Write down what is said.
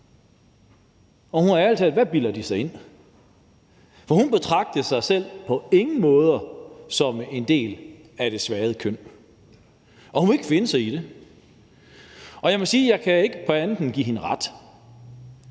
Hun tænkte: Ærlig talt, hvad bilder de sig ind? For hun betragter på ingen måde sig selv som en del af det svage køn, og hun vil ikke finde sig i det. Jeg må sige, at jeg ikke kan andet end give hende ret.